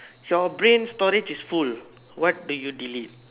your brain storage is full what do you delete